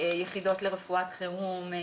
יחידות לרפואת חירום,